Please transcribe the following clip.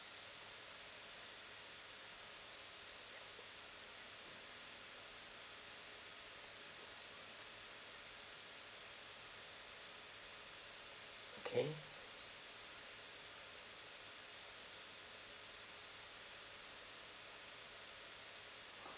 okay